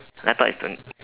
laptop is twen~